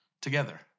together